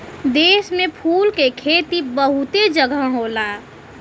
देश में फूल के खेती बहुते जगह होला